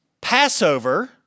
Passover